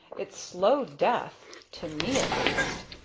it's slow death! to me at least,